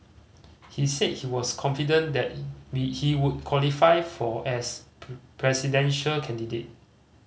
he said he was confident that he would qualify for as presidential candidate